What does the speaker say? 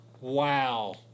wow